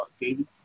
David